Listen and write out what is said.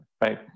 right